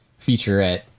featurette